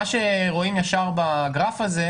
מה שרואים ישר בגרף הזה,